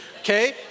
okay